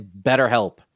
BetterHelp